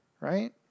right